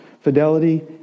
fidelity